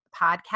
Podcast